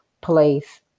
place